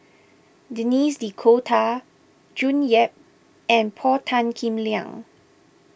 Denis D'Cotta June Yap and Paul Tan Kim Liang